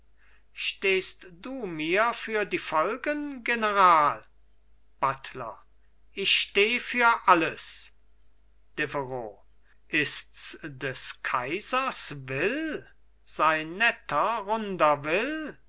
stehst du mir für die folgen general buttler ich steh für alles deveroux ists des kaisers will sein netter runder will